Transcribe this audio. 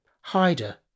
Hyder